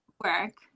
work